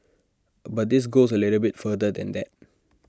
but this goes A little bit further than that